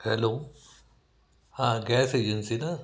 hello हां gas agency ना